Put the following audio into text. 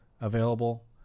available